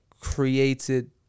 created